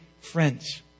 friends